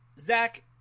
Zach